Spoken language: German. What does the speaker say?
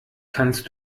kannst